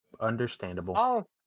Understandable